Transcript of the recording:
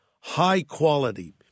high-quality